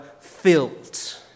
filled